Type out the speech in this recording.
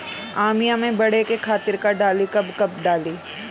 आमिया मैं बढ़े के खातिर का डाली कब कब डाली?